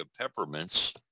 peppermints